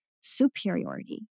superiority